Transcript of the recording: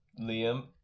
Liam